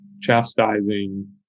chastising